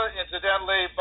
incidentally